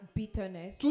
bitterness